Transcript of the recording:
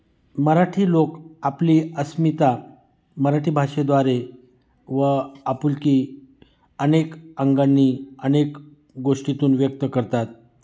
मराठी लोक आपली अस्मिता मराठी भाषेद्वारे व आपुलकी अनेक अंगांनी अनेक गोष्टीतून व्यक्त करतात